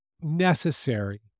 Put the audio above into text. necessary